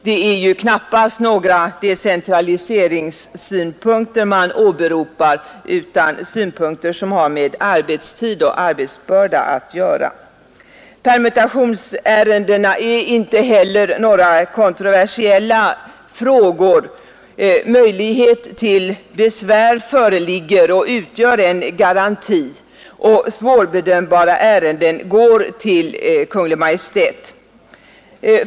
Det är knappast några decentraliseringssynpunkter man åberopar utan synpunkter som har med arbetstid och arbetsbörda att göra. Permutationsärendena är vidare inte några kontroversiella frågor. Möjligheter till besvär föreligger och utgör en garanti, och svårbedömbara ärenden går till Kungl. Maj:t.